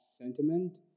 sentiment